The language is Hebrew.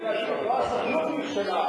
אני רק רוצה להגיד: לא הסוכנות נכשלה,